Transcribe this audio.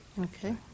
Okay